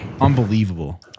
unbelievable